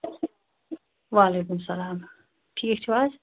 وَعلیکُم اسَلام ٹھیٖک چھِوٕ حظ